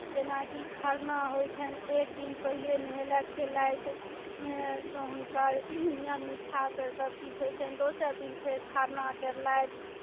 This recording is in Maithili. जेनाकि खरना होइ छनि एक दिन पहिले नहेलथि खयलथि हुनकर नियम निष्ठासँ सभ किछु होइ छनि दोसर दिन फेर खरना कयलथि